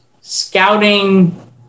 scouting